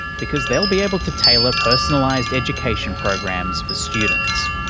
because they'll be able to tailor personalised education programs for students.